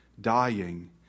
dying